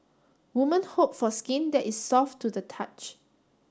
women hope for skin that is soft to the touch